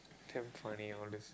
damn funny all these